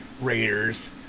Raiders